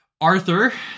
Arthur